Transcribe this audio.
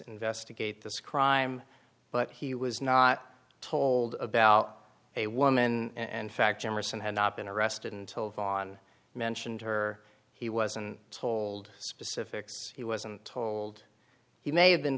investigate this crime but he was not told about a woman and fact generous and had not been arrested and told on mentioned her he wasn't told specifics he wasn't told he may have been